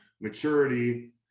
Maturity